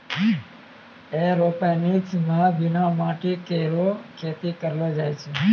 aeroponics म बिना माटी केरो खेती करलो जाय छै